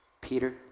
Peter